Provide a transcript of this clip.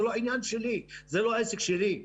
זה לא עניין שלי, זה לא עסק שלי.